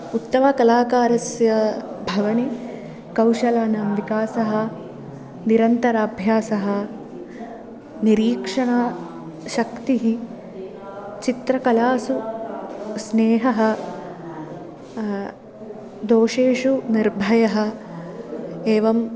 उत्तमकलाकारस्य भवने कौशलानां विकासः निरन्तराभ्यासः निरीक्षणशक्तिः चित्रकलासु स्नेहः दोषेषु निर्भयः एवं